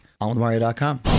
Onwithmario.com